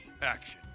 Action